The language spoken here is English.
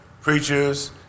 preachers